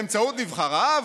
באמצעות נבחריו,